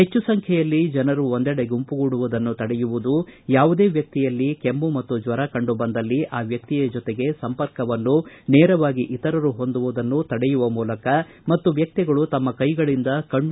ಹೆಚ್ಚು ಸಂಖ್ಯೆಯಲ್ಲಿ ಜನರು ಒಂದೆಡೆ ಗುಂಪುಗೂಡುವುದನ್ನು ತಡೆಯುವುದು ಯಾವುದೇ ವ್ಯಕ್ತಿಯಲ್ಲಿ ಕೆಮ್ಮು ಮತ್ತು ಜ್ವರ ಕಂಡುಬಂದಲ್ಲಿ ಆ ವ್ಯಕ್ತಿಯ ಜೊತೆಗೆ ಸಂಪರ್ಕವನ್ನು ನೇರವಾಗಿ ಇತರರು ಹೊಂದುವುದನ್ನು ತಡೆಯುವ ಮೂಲಕ ಮತ್ತು ವ್ಯಕ್ತಿಗಳು ತಮ್ಮ ಕೈಗಳಿಂದ ಕಣ್ಣ